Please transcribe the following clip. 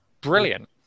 brilliant